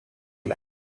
life